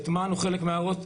הטמענו חלק מההערות,